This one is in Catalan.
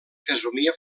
fesomia